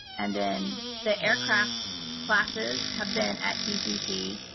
and then the aircraft classes have been at tcc.